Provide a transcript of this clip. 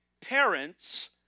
parents